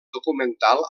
documental